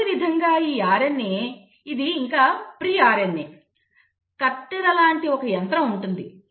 అదేవిధంగా ఈ RNA ఇది ఇంకా ప్రీ RNA కత్తెర లాంటి ఒక యంత్రం ఉంటుంది